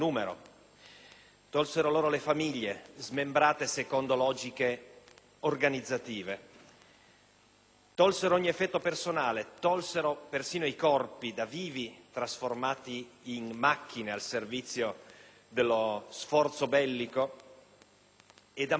tolsero loro le famiglie, smembrate secondo logiche organizzative; tolsero ogni effetto personale; tolsero persino i corpi, da vivi trasformati in macchine al servizio dello sforzo bellico, e da morti